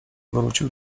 wrócił